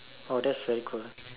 oh that's very cool